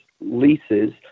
leases